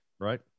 right